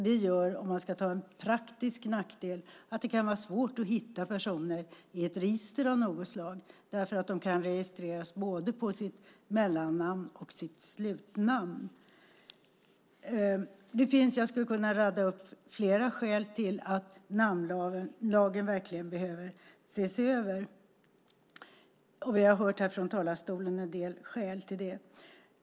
Det gör, för att nämna en praktisk nackdel, att det kan vara svårt att i ett register av något slag hitta personer just därför att de kan registreras både på sitt mellannamn och på sitt slutnamn. Jag skulle kunna räkna upp flera skäl till att namnlagen verkligen behöver ses över. Vi har hört en del skäl till det här från talarstolen.